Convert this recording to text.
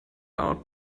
out